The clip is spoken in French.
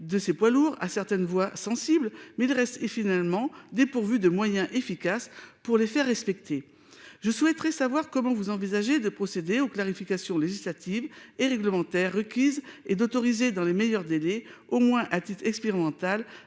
de ses poids lourds à certaines voix sensible mais le reste et finalement dépourvue de moyens efficaces pour les faire respecter. Je souhaiterais savoir comment vous envisagez de procéder aux clarifications législatives et réglementaires requises et d'autoriser dans les meilleurs délais au moins à titre expérimental